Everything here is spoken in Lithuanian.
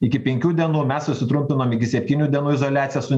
iki penkių dienų mes susitrumpinom iki septynių dienų izoliacijos